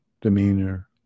demeanor